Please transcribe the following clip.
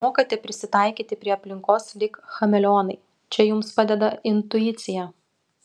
mokate prisitaikyti prie aplinkos lyg chameleonai čia jums padeda intuicija